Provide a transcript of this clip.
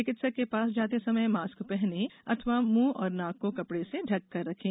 चिकित्सक के पास जाते समय मास्क पहने अथवा मुंह और नाक को कपडे से ढककर रखें